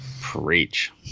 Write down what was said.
Preach